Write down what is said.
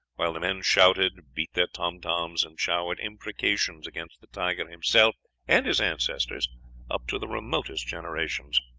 while the men shouted, beat their tom-toms, and showered imprecations against the tiger himself and his ancestors up to the remotest generations.